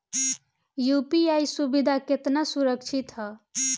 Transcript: UPI सुविधा केतना सुरक्षित ह?